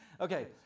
Okay